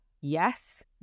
Yes